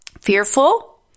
fearful